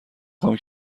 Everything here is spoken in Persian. خوام